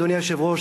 אדוני היושב-ראש,